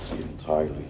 entirely